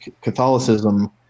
catholicism